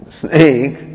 snake